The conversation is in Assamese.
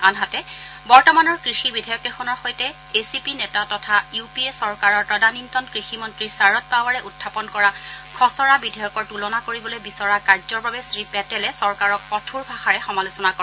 আনহাতে বৰ্তমানৰ কৃষি বিধেয়ককেইখনৰ সৈতে এ চি পি নেতা তথা ইউ পি এ চৰকাৰৰ তদানীন্তন কৃষি মন্ত্ৰী শাৰদ পাৱাৰে উখাপন কৰা খচৰা বিধেয়কৰ তূলনা কৰিবলৈ বিচৰা কাৰ্যৰ বাবে শ্ৰী পেটেলে চৰকাৰক কঠোৰ ভাষাৰে সমালোচনা কৰে